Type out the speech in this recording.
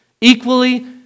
Equally